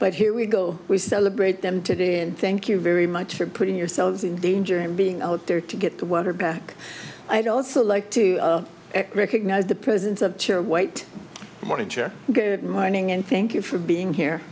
but here we go we celebrate them today and thank you very much for putting yourselves in danger and being out there to get the water back i'd also like to recognize the presence of chair white monitor good morning and thank you for being here